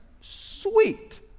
Sweet